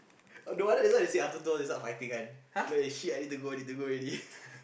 oh no wonder just now they said after two hours they start fighting one like shit I need to go I need to go already